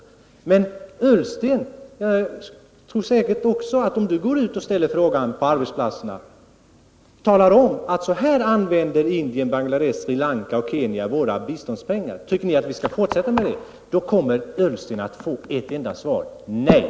Om Ola Ullsten går ut på arbetsplatserna, talar om hur Indien, Bangladesh, Sri Lanka och Kenya använder våra biståndspengar samt frågar om vi skall fortsätta med detta, då får han ett enda svar: Nej.